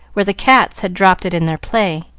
where the cats had dropped it in their play.